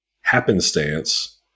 happenstance